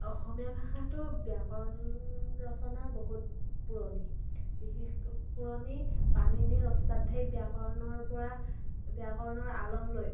অসমীয়া ভাষাটোৰ ব্যাকৰণ ৰচনা বহুত পুৰণি বিশেষ পুৰণি পাণিনিৰ অষ্টাধ্যায়ী ব্যাকৰণৰ পৰা ব্যাকৰণৰ আলম লৈ